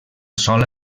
sola